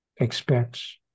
expects